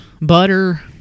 butter